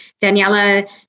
Daniela